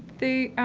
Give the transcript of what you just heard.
the,